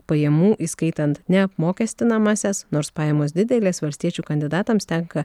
pajamų įskaitant neapmokestinamąsias nors pajamos didelės valstiečių kandidatams tenka